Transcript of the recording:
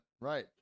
right